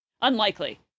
Unlikely